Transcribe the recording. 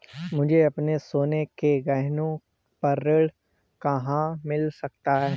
मुझे अपने सोने के गहनों पर ऋण कहाँ मिल सकता है?